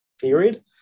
period